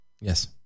Yes